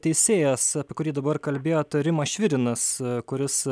teisėjas apie kurį dabar kalbėjo rimas švirinas kuris